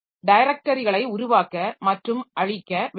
டைரக்டரிகளை உருவாக்க மற்றும் அழிக்க வேண்டும்